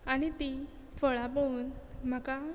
आनी तीं फळां पळोवन म्हाका